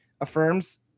affirms